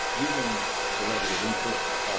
given the level of interest,